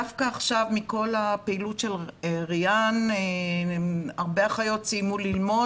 דווקא עכשיו מכל הפעילות של ריאן הרבה אחיות סיימו ללמוד